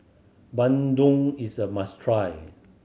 bandung is a must try